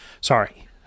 sorry